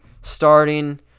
starting